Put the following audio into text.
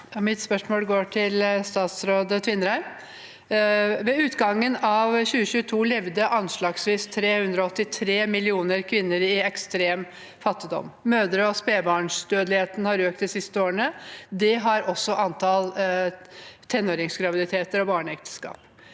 vedspørsmål. Ingjerd Schou (H) Ved utgangen av 2022 levde anslagsvis 383 mill. kvinner i ekstrem fattigdom. Mødre- og spedbarnsdødeligheten har økt de siste årene. Det har også antall tenåringsgraviditeter og barneekteskap.